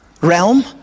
realm